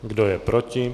Kdo je proti?